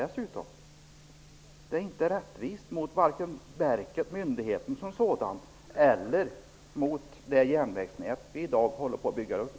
Det är inte rättvist vare sig mot verket, myndigheten som sådan, eller mot det järnvägsnät vi i dag håller på att bygga upp.